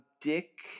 Dick